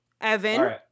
Evan